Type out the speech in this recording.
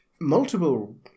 multiple